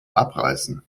abreißen